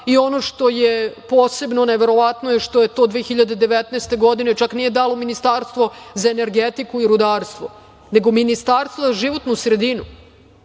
Ono što je posebno neverovatno je što 2019. godine čak nije dalo Ministarstvo za energetiku i rudarstvo, nego Ministarstvo za životnu sredinu.